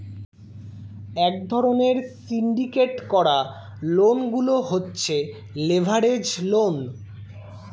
এক ধরণের সিন্ডিকেট করা লোন গুলো হচ্ছে লেভারেজ লোন